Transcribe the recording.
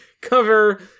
cover